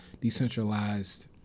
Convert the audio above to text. decentralized